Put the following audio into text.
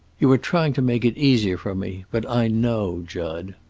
you are trying to make it easier for me. but i know, jud.